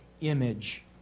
image